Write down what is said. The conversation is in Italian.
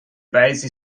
paesi